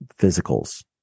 physicals